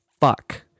fuck